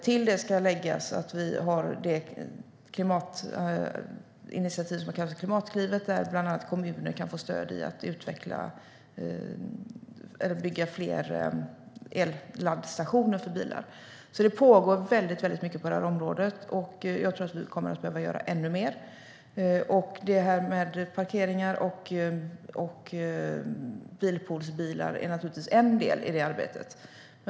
Till det ska läggas det klimatinitiativ som kallas Klimatklivet. Där kan bland annat kommuner få stöd för att bygga fler laddstationer för elbilar. Det pågår alltså väldigt mycket på området. Jag tror att vi kommer att behöva göra ännu mer. Parkeringar och bilpoolsbilar är naturligtvis en del i det arbetet.